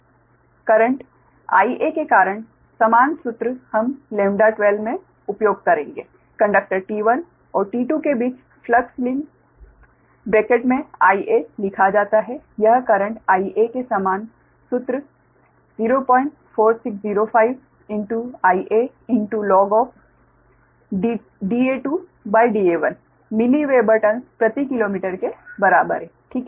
current Ia के कारण समान सूत्र हम λ12 में उपयोग करेंगे कंडक्टर T1 और T2 के बीच फ्लक्स लिंक ब्रैकेट में Ia लिखा जाता है यह करंट Ia के समान सूत्र 04605 Ia log Da2 Da1 milli weber turns प्रति किलोमीटर के बराबर है ठीक है